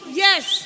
Yes